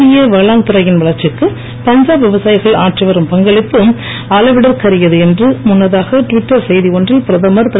இந்திய வேளாண் துறையின் வளர்ச்சிக்கு பஞ்சாப் விவசாயிகள் ஆற்றி வரும் பங்களிப்பு அளவிடற்கரியது என்று முன்னதாக டுவிட்டர் செய்தி ஒன்றில் பிரதமர் திரு